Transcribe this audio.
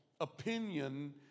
opinion